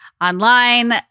online